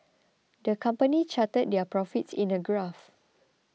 the company charted their profits in a graph